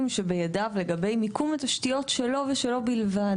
שבידיו לגבי מיקום התשתיות שלו ושלו בלבד